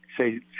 say